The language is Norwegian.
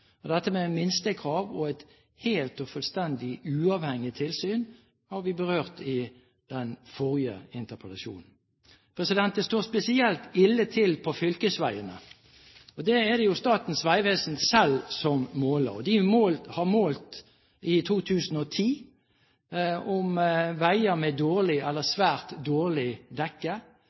standard. Dette med minstekrav og et helt og fullstendig uavhengig tilsyn har vi berørt i den forrige interpellasjonen. Det står spesielt ille til på fylkesveiene. Det er det Statens vegvesen selv som måler. De har i 2010 målt veier med dårlig eller svært dårlig dekke.